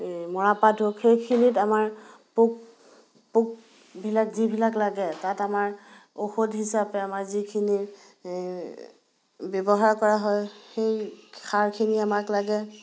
মৰাপাট হওক সেইখিনিত আমাৰ পোক পোকবিলাক যিবিলাক লাগে তাত আমাৰ ঔষধ হিচাপে আমাৰ যিখিনি ব্যৱহাৰ কৰা হয় সেই সাৰখিনি আমাক লাগে